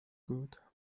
gut